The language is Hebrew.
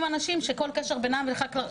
אנשים שאין כל קשר בינם לבין החקלאות,